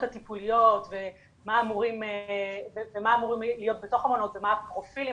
הטיפוליות ומה אמורים להיות בתוך המעונות ומה הפרופילים,